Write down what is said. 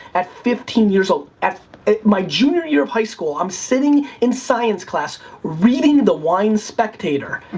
at fifteen years old, at my junior year of high school, i'm sitting in science class reading the wine spectator.